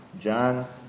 John